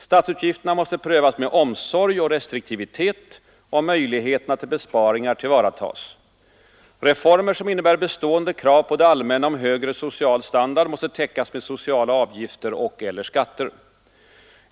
Statsutgifterna måste prövas med omsorg och restriktivitet och möjligheterna till besparingar tillvaratas. Reformer som innebär bestående krav på det allmänna om högre social standard måste täckas med sociala avgifter och/eller skatter.